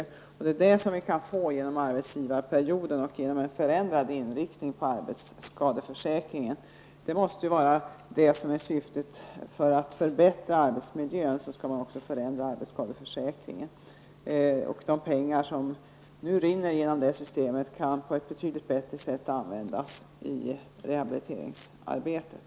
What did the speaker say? Det är detta samband som vi kan få genom arbetsgivarperioden och genom en förändrad inriktning av arbetsskadeförsäkringen. Det måste vara detta som är syftet. För att förbättra arbetsmiljön skall man också förändra arbetsskadeförsäkringen. De pengar som nu rinner genom det systemet kan användas på ett betydligt bättre sätt i rehabiliteringsarbetet.